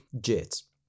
Jets